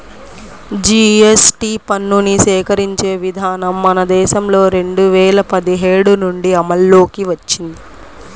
GST పన్నుని సేకరించే విధానం మన దేశంలో రెండు వేల పదిహేడు నుంచి అమల్లోకి వచ్చింది